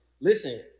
Listen